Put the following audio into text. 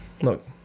Look